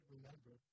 Remember